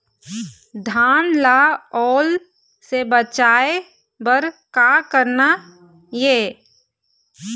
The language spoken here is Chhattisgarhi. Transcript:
धान ला ओल से बचाए बर का करना ये?